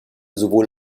sowohl